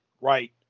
right